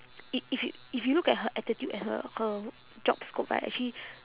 i~ if you if you look at her attitude and her her job scope right actually